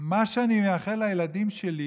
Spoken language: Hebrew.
מה שאני מאחל לילדים שלי,